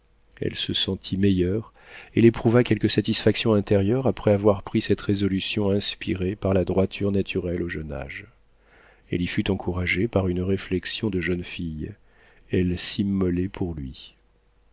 elle se sentit meilleure elle éprouva quelque satisfaction intérieure après avoir pris cette résolution inspirée par la droiture naturelle au jeune âge elle y fut encouragée par une réflexion de jeune fille elle s'immolait pour lui